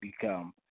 become